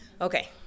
Okay